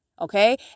okay